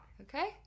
Okay